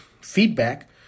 feedback